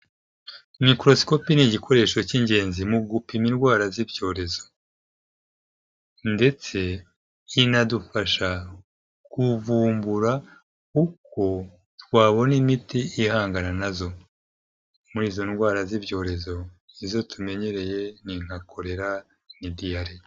Microsikop ni igikoresho cy'ingenzi mu gupima indwara z'ibyorezo ndetse inadufasha kuvumbura uko twabona imiti ihangana nazo muri izo ndwara z'ibyorezo izo tumenyereye ni nka kolera ni diyare.